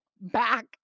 Back